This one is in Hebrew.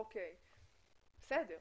בסדר.